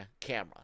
camera